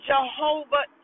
Jehovah